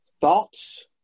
thoughts